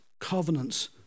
covenants